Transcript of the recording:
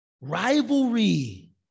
Rivalry